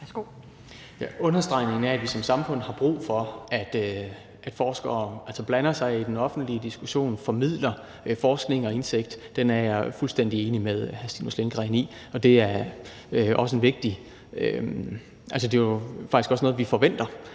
Understregningen af, at vi som samfund har brug for, at forskere blander sig i den offentlige diskussion, formidler forskning og indsigt, er jeg fuldstændig enig med hr. Stinus Lindgreen i. Det er faktisk også noget, vi forventer,